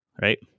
Right